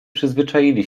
przyzwyczaili